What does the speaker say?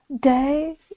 day